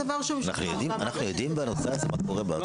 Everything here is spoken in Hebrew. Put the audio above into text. אנחנו יודעים מה קורה בנושא הזה בארצות-הברית?